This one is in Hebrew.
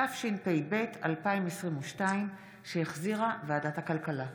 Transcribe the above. התשפ"ב 2022, שהחזירה ועדת הכלכלה.